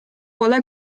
pole